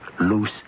loose